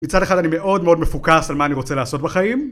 מצד אחד אני מאוד מאוד מפוקס על מה אני רוצה לעשות בחיים